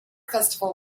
festival